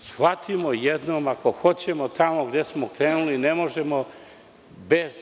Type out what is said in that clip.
Shvatimo jednom, ako hoćemo tamo gde smo krenuli ne možemo bez